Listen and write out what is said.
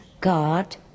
God